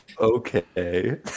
Okay